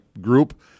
group